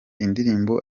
indirimbo